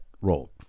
role